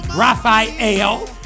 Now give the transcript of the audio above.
Raphael